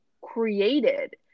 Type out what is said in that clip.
created